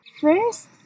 first